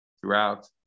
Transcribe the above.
throughout